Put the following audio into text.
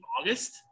august